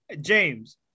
James